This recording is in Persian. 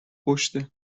پشته